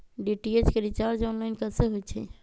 DTH के recharge online कैसे होईछई?